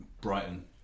Brighton